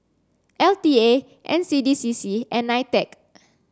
L T A N C D C C and NITEC